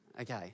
Okay